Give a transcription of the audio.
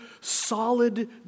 solid